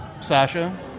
Sasha